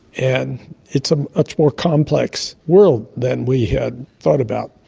and it's a much more complex world than we had thought about.